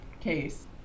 case